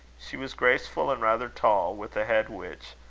she was graceful and rather tall, with a head which,